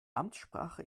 amtssprache